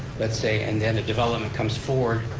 let's say, and then a development comes forward,